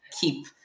keep